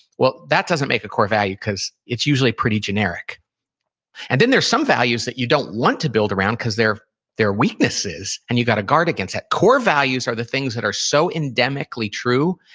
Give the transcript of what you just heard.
well, that doesn't make a core value because it's usually pretty generic and then there's some values that you don't want to build around because they're they're weaknesses. and you got to guard against that. core values are the things that are so endemically true,